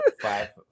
five